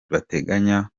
bateganya